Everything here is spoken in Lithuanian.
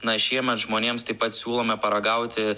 na šiemet žmonėms taip pat siūlome paragauti